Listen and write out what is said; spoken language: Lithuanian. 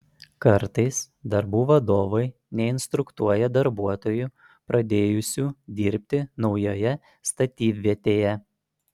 kartais darbų vadovai neinstruktuoja darbuotojų pradėjusių dirbti naujoje statybvietėje